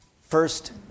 First